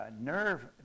nerve